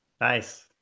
Nice